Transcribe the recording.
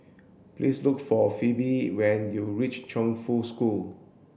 please look for Phoebe when you reach Chongfu School